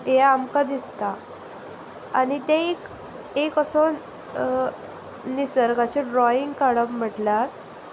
हें आमकां दिसता आनी तें एक एक असो निसर्गाचें ड्रॉइंग काडप म्हटल्यार